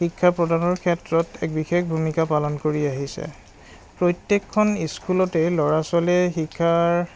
শিক্ষা প্ৰদানৰ ক্ষেত্ৰত এক বিশেষ ভূমিকা পালন কৰি আহিছে প্ৰত্যেকখন স্কুলতে ল'ৰা ছোৱালীয়ে শিক্ষাৰ